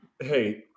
hey